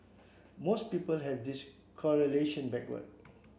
most people have this correlation backward